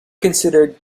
considered